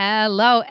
Hello